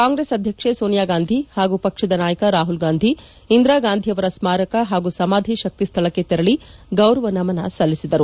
ಕಾಂಗ್ರೆಸ್ ಅಧ್ಯಕ್ಷೆ ಸೋನಿಯಾ ಗಾಂಧಿ ಹಾಗೂ ಪಕ್ಷದ ನಾಯಕ ರಾಹುಲ್ ಗಾಂಧಿ ಇಂದಿರಾ ಗಾಂಧಿಯವರ ಸ್ಮಾರಕ ಹಾಗೂ ಸಮಾಧಿ ಶಕ್ತಿ ಸ್ಥಳಕ್ಕೆ ತೆರಳಿ ಗೌರವ ನಮನ ಸಲ್ಲಿಸಿದರು